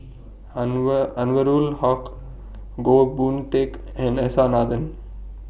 Anwarul Haque Goh Boon Teck and S R Nathan